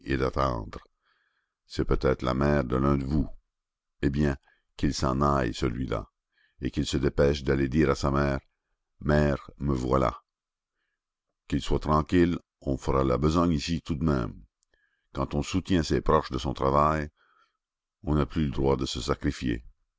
et d'attendre c'est peut-être la mère de l'un de vous eh bien qu'il s'en aille celui-là et qu'il se dépêche d'aller dire à sa mère mère me voilà qu'il soit tranquille on fera la besogne ici tout de même quand on soutient ses proches de son travail on n'a plus le droit de se sacrifier